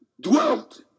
dwelt